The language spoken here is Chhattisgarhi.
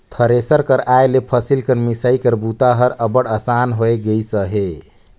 थेरेसर कर आए ले फसिल कर मिसई कर बूता हर अब्बड़ असान होए गइस अहे